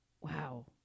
wow